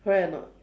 correct or not